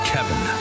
Kevin